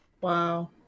Wow